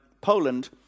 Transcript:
Poland